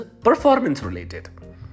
performance-related